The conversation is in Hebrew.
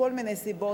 מכל מיני סיבות.